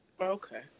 Okay